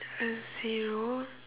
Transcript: a zero